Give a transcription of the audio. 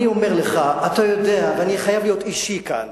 אני אומר לך, ואני חייב להיות אישי כאן,